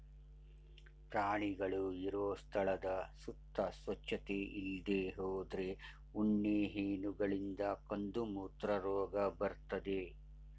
ಪ್ರಾಣಿಗಳು ಇರೋ ಸ್ಥಳದ ಸುತ್ತ ಸ್ವಚ್ಚತೆ ಇಲ್ದೇ ಹೋದ್ರೆ ಉಣ್ಣೆ ಹೇನುಗಳಿಂದ ಕಂದುಮೂತ್ರ ರೋಗ ಬರ್ತದೆ